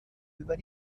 über